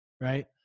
Right